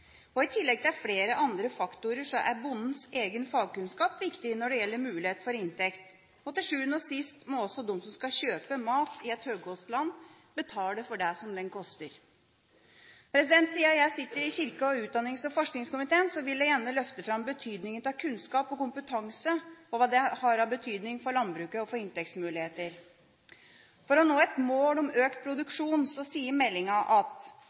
I tillegg til flere andre faktorer er bondens egen fagkunnskap viktig når det gjelder mulighet for inntekt, og til sjuende og sist må også de som skal kjøpe mat i et høgkostland, betale for det den koster. Siden jeg sitter i kirke-, utdannings- og forskningskomiteen, vil jeg gjerne løfte fram kunnskap og kompetanse og hva det har av betydning for landbruket og for inntektsmuligheter. For å nå et mål om økt produksjon sier meldinga: